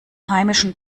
heimischen